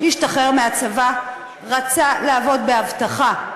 השתחרר מהצבא, רצה לעבוד באבטחה.